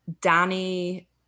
Danny